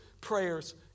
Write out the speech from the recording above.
prayers